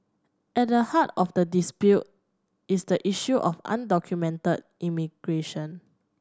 at the heart of the dispute is the issue of undocumented immigration